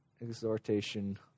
exhortation